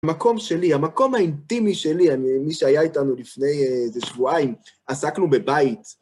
המקום שלי, המקום האינטימי שלי, מי שהיה איתנו לפני איזה שבועיים, עסקנו בבית.